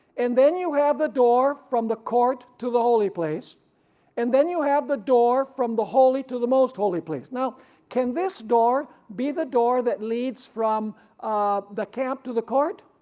and then you have the door from the court to the holy place and then you have the door from the holy to the most holy place. now can this door be the door that leads from ah the camp to the court?